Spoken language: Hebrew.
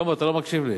שלמה, אתה לא מקשיב לי,